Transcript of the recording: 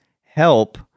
help